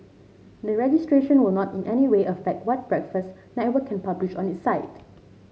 the registration will not in any way affect what Breakfast Network can publish on his site